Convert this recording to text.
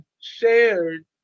shared